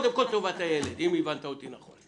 אבל קודם כל טובת הילד, אם הבנת אותי נכון.